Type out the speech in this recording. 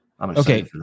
Okay